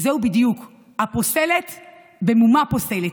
זהו בדיוק, הפוסלת במומה פוסלת.